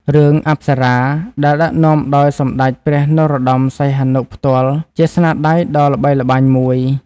រឿង "អប្សរា" ដែលដឹកនាំដោយ សម្ដេចព្រះនរោត្តម សីហនុ ផ្ទាល់ ជាស្នាដៃដ៏ល្បីល្បាញមួយ។